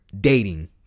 dating